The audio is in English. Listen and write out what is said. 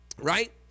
right